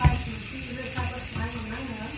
बायसमुथि जोसाफोरसो नांगौमोन आंनो